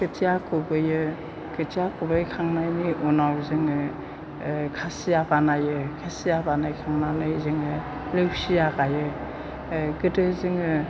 खोथिया खुबैयो खोथिया खुबैखांनायनि उनाव जोङो ओ खासिया बानायो खासिया बानाय खांनानै जोङो लौसिया गायो ओ गोदो जोङो